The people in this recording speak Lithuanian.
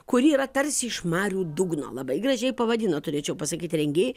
kuri yra tarsi iš marių dugno labai gražiai pavadino turėčiau pasakyti rengėjai